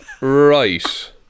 Right